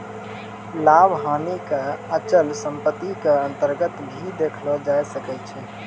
लाभ हानि क अचल सम्पत्ति क अन्तर्गत भी देखलो जाय सकै छै